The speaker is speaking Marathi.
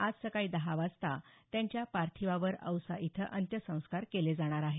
आज सकाळी दहा वाजता त्यांच्या पार्थिवावर औसा इथं अंत्यसंस्कार केले जाणार आहेत